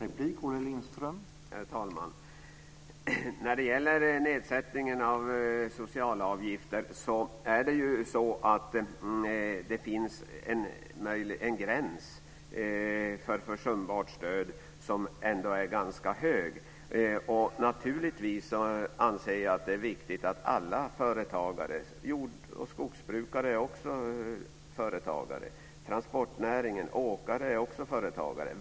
Herr talman! När det gäller nedsättningen av socialavgifter finns det en gräns för försumbart stöd som är ganska hög. Naturligtvis anser jag att det är viktigt att alla företagare omfattas. Inom jord och skogsbruk och transportnäringen finns det också företagare.